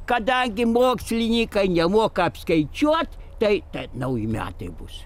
kadangi mokslininkai nemoka apskaičiuot tai tai nauji metai bus